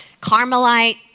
Carmelite